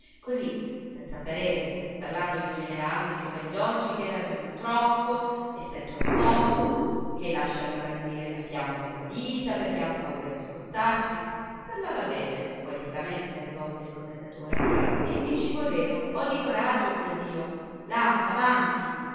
così senza parere parlando in generale dei giovani d'oggi che ragionano troppo e sentono poco che lasciano languire la fiamma della vita perché han paura di scottarsi parlava bene poeticamente alle volte il commendatore e che ci voleva un po di coraggio perdio là avanti